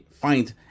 find